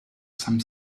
some